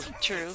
True